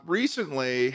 recently